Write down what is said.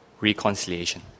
reconciliation